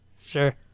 Sure